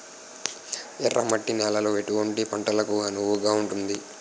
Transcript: ఎర్ర మట్టి నేలలో ఎటువంటి పంటలకు అనువుగా ఉంటుంది?